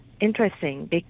interesting